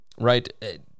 right